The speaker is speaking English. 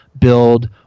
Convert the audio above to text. build